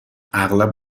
اغلب